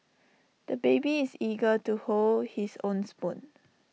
the baby is eager to hold his own spoon